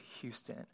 Houston